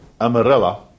Amarilla